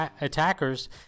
attackers